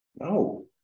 No